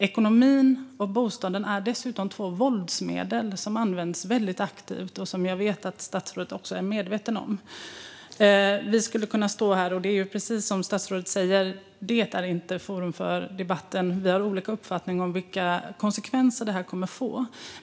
Ekonomin och bostaden är dessutom två våldsmedel som används väldigt aktivt, vilket jag vet att statsrådet är medveten om. Precis som statsrådet säger är förslaget om marknadshyror inte föremål för den här debatten. Vi har olika uppfattning om vilka konsekvenser det kommer att få.